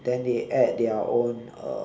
then they add their own uh